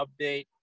update